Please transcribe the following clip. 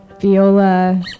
viola